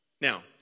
Now